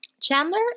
Chandler